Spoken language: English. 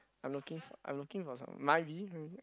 I'm looking for I'm looking for some might be mm